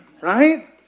Right